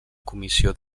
comissió